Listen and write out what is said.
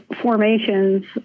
formations